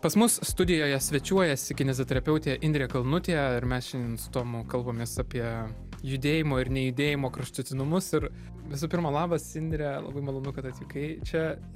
pas mus studijoje svečiuojasi kineziterapeutė indrė kalnutė ir mes šiandien su tomu kalbamės apie judėjimo ir nejudėjimo kraštutinumus ir visų pirma labas indre labai malonu kad atvykai čia